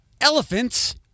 elephants